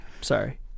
Sorry